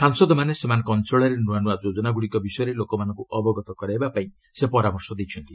ସାଂସଦମାନେ ସେମାନଙ୍କ ଅଞ୍ଚଳରେ ନୂଆ ନୂଆ ଯୋଜନାଗୁଡ଼ିକ ବିଷୟରେ ଲୋକମାନଙ୍କୁ ଅବଗତ କରାଇବା ପାଇଁ ସେ ପରାମର୍ଶ ଦେଇଛନ୍ତି